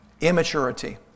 Immaturity